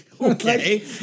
Okay